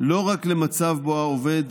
לא רק למצב שבו העובד,